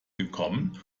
gekommen